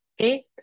Okay